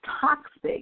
toxic